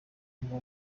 ngo